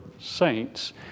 saints